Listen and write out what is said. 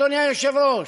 אדוני היושב-ראש,